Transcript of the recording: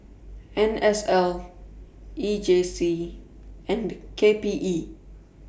N S L E J C and K P E